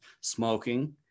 smoking